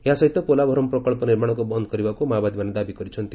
ଏହା ସହିତ ପୋଲାଭରମ ପ୍ରକ୍ସ ନିର୍ମାଶକ୍ ବନ୍ଦ କରିବାକୁ ମାଓବାଦୀମାନେ ଦାବି କରିଛନ୍ତି